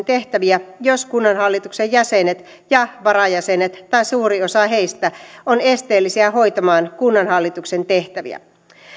tehtäviä jos kunnanhallituksen jäsenet ja varajäsenet tai suuri osa heistä on esteellisiä hoitamaan kunnanhallituksen tehtäviä